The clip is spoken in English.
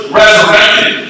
resurrected